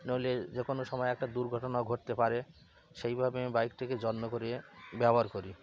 নইলে যে কোনো সময় একটা দুর্ঘটনা ঘটতে পারে সেইভাবে আমি বাইকটিকে যত্ন করে ব্যবহার করি